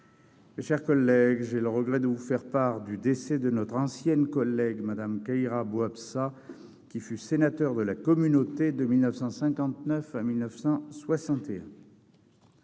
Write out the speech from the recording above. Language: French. est adopté. J'ai le regret de vous faire part du décès de notre ancienne collègue Kheira Bouabsa, qui fut sénateur de la Communauté de 1959 à 1961.